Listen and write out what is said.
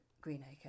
Greenacre